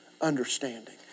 understanding